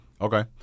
Okay